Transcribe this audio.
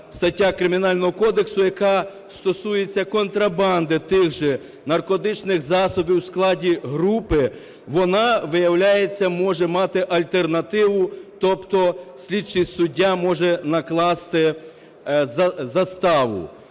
стаття Кримінального кодексу, яка стосується контрабанди тих же наркотичних засобів у складі групи, вона виявляється, може мати альтернативу. Тобто слідчий суддя може накласти заставу.